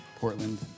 Portland